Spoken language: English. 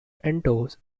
endorse